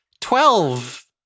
Twelve